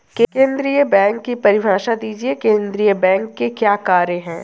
केंद्रीय बैंक की परिभाषा दीजिए केंद्रीय बैंक के क्या कार्य हैं?